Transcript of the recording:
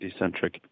DeCentric